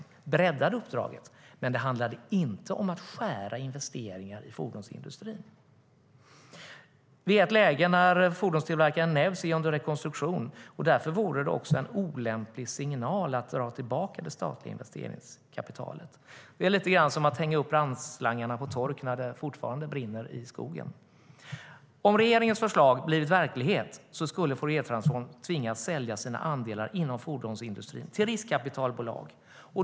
Man breddade uppdraget, men det handlade inte om att skära ned investeringar i fordonsindustrin. Vi är i ett läge när fordonstillverkaren Nevs är under rekonstruktion. Därför vore det en olämplig signal att dra tillbaka det statliga investeringskapitalet. Det är lite grann som att hänga upp brandslangarna på tork när det fortfarande brinner i skogen. Om regeringens förslag blir verklighet skulle Fouriertransform tvingas sälja sina andelar inom fordonsindustrin till riskkapitalbolag.